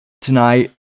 tonight